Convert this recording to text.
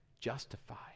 justified